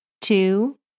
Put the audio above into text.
two